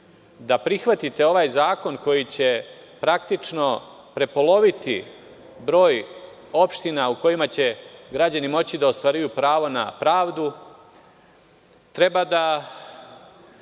da prihvatite ovaj zakon koji će praktično prepoloviti broj opština u kojima će građani moći da ostvaruju pravo na pravdu, treba da